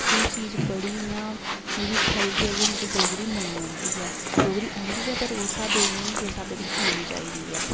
ते एह् चीज बड़ी इयां मिगी खलदी ऐ कि मिगी डोगरी निं औंदी ऐ डोगरी औंदी ते ऐ पर ओस्स स्हाबै दी निं औंदी जिस स्हाबै दी औनी चाहिदी ऐ